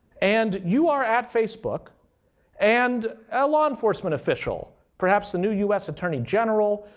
and you are at facebook and a law enforcement official, perhaps the new us attorney general,